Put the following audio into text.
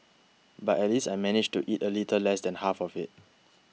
but at least I managed to eat a little less than half of it